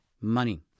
money